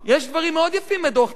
יש דברים מאוד יפים בדוח-טרכטנברג,